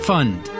Fund